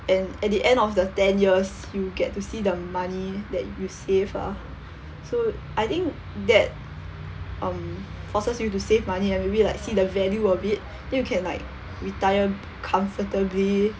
and at the end of the ten years you get to see the money that you saved ah so I think that um forces you to save money and maybe like see the value of it then you can like retire comfortably